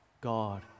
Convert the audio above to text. God